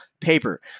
paper